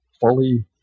fully